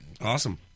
Awesome